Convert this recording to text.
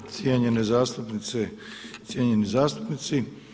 Cijenjene zastupnice i cijenjeni zastupnici.